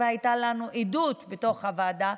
והייתה לנו עדות בתוך הוועדה,